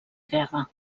guerra